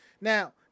Now